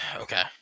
Okay